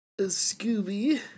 Scooby